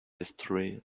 history